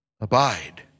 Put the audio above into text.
Abide